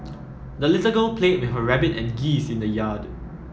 the little girl played with her rabbit and geese in the yard